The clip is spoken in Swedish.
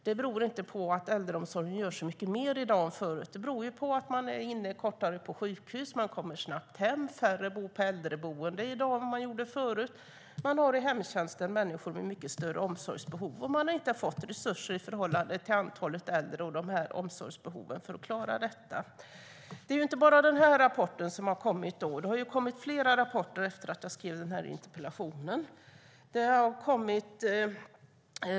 Det beror inte på att äldreomsorgen gör mycket mer i dag än förut utan på att man ligger mycket kortare på sjukhus, man kommer snabbt hem, färre bor på äldreboende i dag än förut, man har människor med mycket större omsorgsbehov i hemtjänsten och man har inte fått resurser i förhållande till antalet äldre och omsorgsbehoven så att man kan klara detta. Det är inte bara en rapport som har kommit sedan jag skrev interpellationen, utan flera.